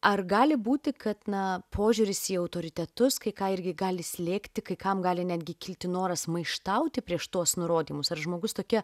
ar gali būti kad na požiūris į autoritetus kai ką irgi gali slėgti kai kam gali netgi kilti noras maištauti prieš tuos nurodymus ar žmogus tokia